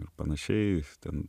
ir panašiai ten